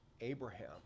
abraham